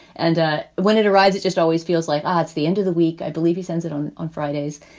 and ah when it arrives, it just always feels like ah at the end of the week, i believe he sends it on on fridays.